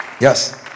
yes